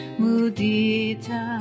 mudita